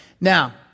Now